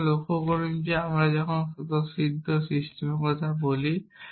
এখন লক্ষ্য করুন যে আমরা যখন স্বতঃসিদ্ধ সিস্টেমের কথা বলি